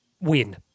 win